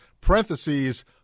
parentheses